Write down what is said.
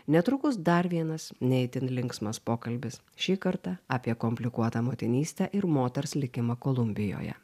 netrukus dar vienas ne itin linksmas pokalbis šį kartą apie komplikuotą motinystę ir moters likimą kolumbijoje